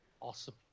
Awesome